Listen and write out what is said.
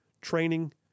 training